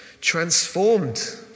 transformed